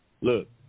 look